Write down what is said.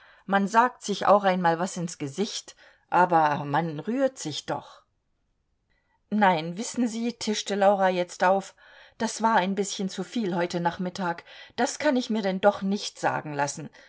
man sagt sich auch einmal was ins gesicht aber man rührt sich doch nein wissen sie tischte laura jetzt auf das war ein bißchen zuviel heute nachmittag das kann ich mir denn doch nicht sagen lassen